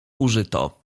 użyto